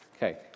Okay